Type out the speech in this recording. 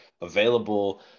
available